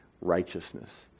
righteousness